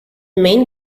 main